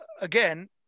again